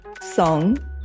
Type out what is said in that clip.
song